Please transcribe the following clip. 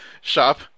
shop